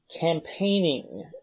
campaigning